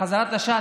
בחזרת הש"ץ,